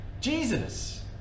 Jesus